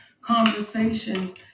conversations